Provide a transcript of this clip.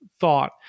thought